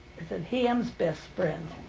i said ham's best friend.